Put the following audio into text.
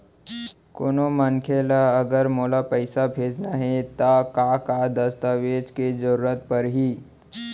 कोनो मनखे ला अगर मोला पइसा भेजना हे ता का का दस्तावेज के जरूरत परही??